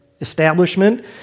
establishment